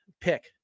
pick